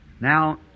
Now